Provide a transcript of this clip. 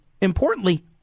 importantly